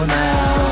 now